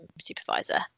supervisor